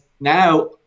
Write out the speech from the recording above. now